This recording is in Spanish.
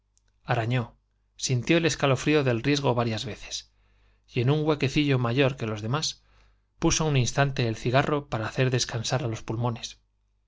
arañó sintió el escalofrío del riesgo varias veces y en un huequecillo mayor que los demás puso un instante el cigarro para hacer des á los cansar pulmones